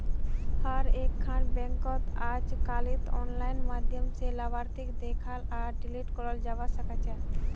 हर एकखन बैंकत अजकालित आनलाइन माध्यम स लाभार्थीक देखाल आर डिलीट कराल जाबा सकेछे